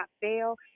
fail